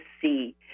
see